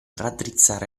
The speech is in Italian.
raddrizzare